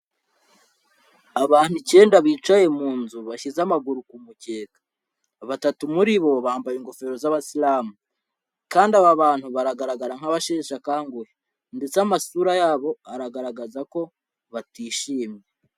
Abantu icyenda bicaye mu nzu bashyize amaguru ku mukeka. Batatu muri bo bambaye ingofero z'abasilamu, kandi aba bantu baragaragara nk'abasheshe akanguhe ndetse amasura yabo aragaragaza ko batishimye.